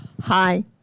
Hi